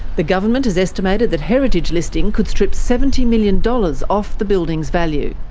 the government has estimated that heritage listing could strip seventy million dollars off the building's value.